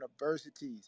universities